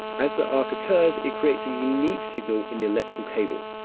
as the arc occurs, it creates a unique signal in the electrical cable.